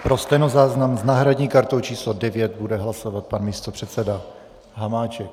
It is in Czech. Pro stenozáznam, s náhradní kartou číslo 9 bude hlasovat pan místopředseda Hamáček.